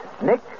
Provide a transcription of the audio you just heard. Nick